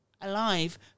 alive